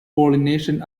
pollination